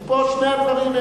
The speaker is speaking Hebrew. כי פה שני הדברים הם,